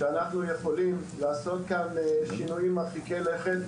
שאנחנו יכולים לעשות כאן שינויים מרחיקי לכת,